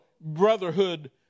brotherhood